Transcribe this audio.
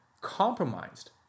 compromised